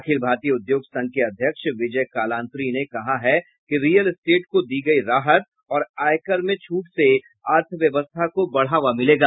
अखिल भारतीय उद्योग संघ के अध्यक्ष विजय कालांत्री ने कहा है कि रियल एस्टेट को दी गयी राहत और आयकर में छूट से अर्थ व्यवस्था को बढ़ावा मिलेगा